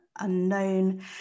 unknown